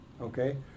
Okay